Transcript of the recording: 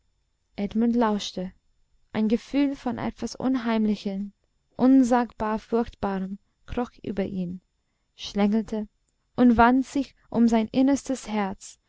edmund lauschte ein gefühl von etwas unheimlichem unsagbar furchtbarem kroch über ihn schlängelte und wand sich um sein innerstes herz